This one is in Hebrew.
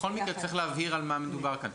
בכל מקרה צריך להבהיר על מה מדובר כאן.